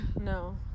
no